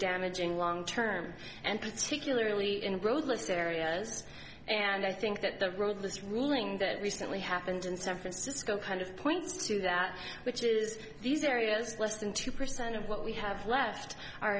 damaging long term and particularly in growth let's areas and i think that the growth of this ruling that recently happened in san francisco kind of points to that which is these areas less than two percent of what we have left are